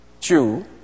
Jew